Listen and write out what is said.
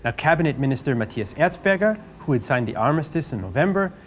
ah cabinet minister matthias erzberger, who had signed the armistice in november,